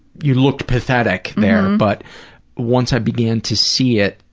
you looked pathetic there, but once i began to see it,